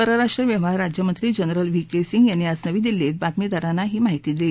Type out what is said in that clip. परराष्ट्र व्यवहार राज्यमंत्री जनरल व्ही के सिंह यांनी आज नवी दिल्ली इथं बातमीदारांना ही माहिती दिली